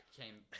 came